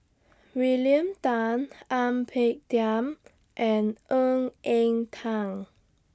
William Tan Ang Peng Tiam and Ng Eng Teng